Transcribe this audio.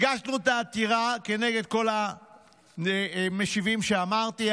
הגשנו את העתירה כנגד המשיבים שאמרתי,